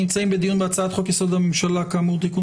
אנחנו נמצאים בדיון בהצעת חוק-יסוד: הממשלה (תיקון